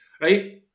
right